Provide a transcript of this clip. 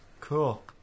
Cool